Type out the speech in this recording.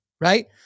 right